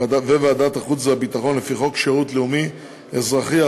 וועדת החוץ והביטחון לפי חוק שירות לאומי אזרחי,